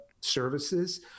services